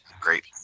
Great